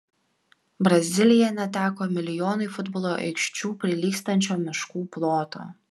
brazilija neteko milijonui futbolo aikščių prilygstančio miškų ploto